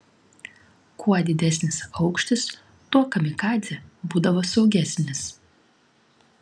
kuo didesnis aukštis tuo kamikadzė būdavo saugesnis